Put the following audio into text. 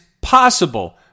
possible